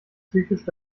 psychisch